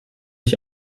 ich